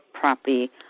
property